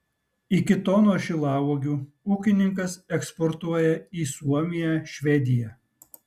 iki tonos šilauogių ūkininkas eksportuoja į suomiją švediją